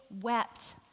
wept